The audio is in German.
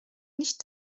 nicht